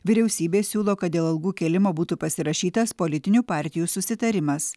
vyriausybė siūlo kad dėl algų kėlimo būtų pasirašytas politinių partijų susitarimas